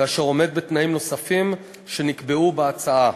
ואשר עומד בתנאים נוספים שנקבעו בהצעה.